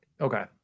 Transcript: Okay